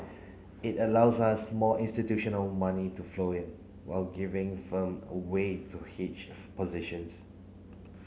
it allows us more institutional money to flow in while giving firm a way to hedge positions